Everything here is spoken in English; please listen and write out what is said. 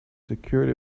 secured